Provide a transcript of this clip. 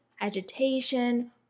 agitation